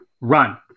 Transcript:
run